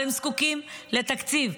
אבל הם זקוקים לתקציב,